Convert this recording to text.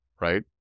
right